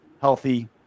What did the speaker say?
healthy